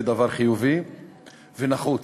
היא דבר חיובי ונחוץ.